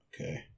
Okay